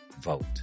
vote